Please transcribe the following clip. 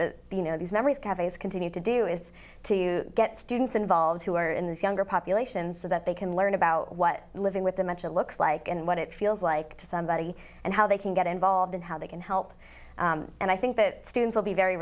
that you know these memories cafes continue to do is to get students involved who are in the younger population so that they can learn about what living with dementia looks like and what it feels like to somebody and how they can get involved and how they can help and i think that students will be very